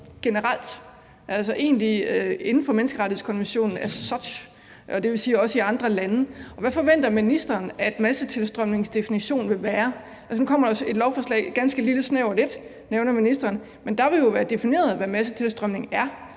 generelt inden for menneskerettighedskonventionen as such, dvs. også i andre lande. Hvad forventer ministeren massetilstrømningsdefinitionen vil være? Nu kommer der et ganske lille snævert lovforslag, nævner ministeren, men der vil jo være defineret, hvad massetilstrømning er.